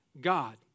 God